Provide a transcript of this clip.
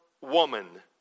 woman